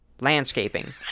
landscaping